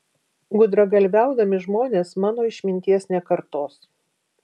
gudragalviaudami žmonės mano išminties nekartos